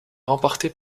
remportée